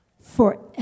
forever